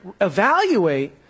evaluate